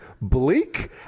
bleak